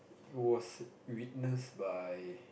it was witnessed by